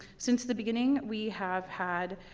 since the beginning, we have had